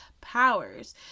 powers